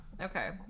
Okay